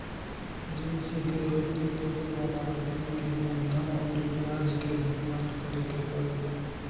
ऋण सिक्योरिटी लेबे वाला आदमी के मूलधन अउरी ब्याज के भुगतान करे के पड़ेला